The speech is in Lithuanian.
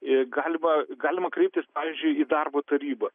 e galiva galima kreiptis pavyzdžiui į darbo tarybą